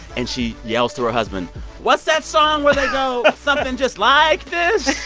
and she yells to her husband what's that song where they go, something just like this?